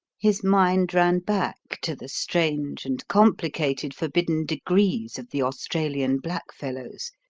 his mind ran back to the strange and complicated forbidden degrees of the australian blackfellows,